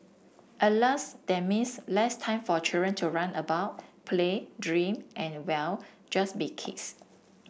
Alas that means less time for children to run about play dream and well just be kids